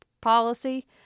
policy